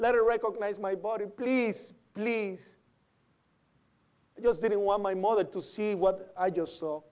letter recognize my body please please i just didn't want my mother to see what i just saw